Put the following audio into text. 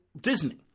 Disney